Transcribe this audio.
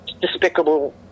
Despicable